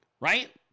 right